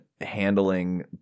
handling